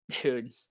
Dude